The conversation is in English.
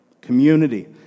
Community